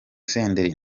senderi